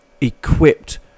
equipped